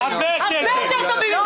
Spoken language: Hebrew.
אל תדבר אליי בערבית.